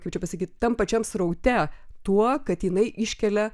kaip čia pasakyti tam pačiam sraute tuo kad jinai iškelia